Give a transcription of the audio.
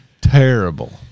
Terrible